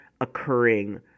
occurring